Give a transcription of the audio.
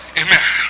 amen